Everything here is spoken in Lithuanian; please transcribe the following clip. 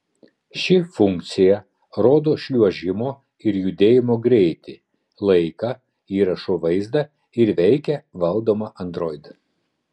ši funkcija rodo šliuožimo ir judėjimo greitį laiką įrašo vaizdą ir veikia valdoma android